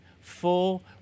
Full